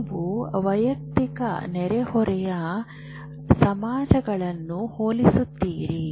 ನೀವು ವೈಯಕ್ತಿಕ ನೆರೆಹೊರೆಯ ಸಮಾಜಗಳನ್ನು ಹೋಲಿಸುತ್ತೀರಿ